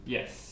Yes